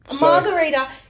margarita